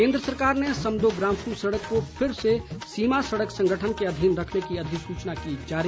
केन्द्र सरकार ने समदो ग्राम्फू सड़क को फिर से सीमा सड़क संगठन के अधीन रखने की अधिसूचना की जारी